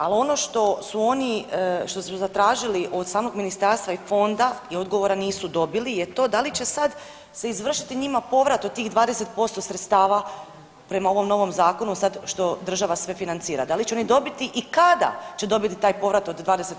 Ali ono što su oni, što smo zatražili od samog Ministarstva i Fonda i odgovora nisu dobili je to da li će sad se izvršiti njima povrat od tih 20% sredstava prema ovom novom Zakonu sad što država sve financira, da li će oni dobiti i kada će dobiti taj povrat od 20%